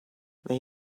they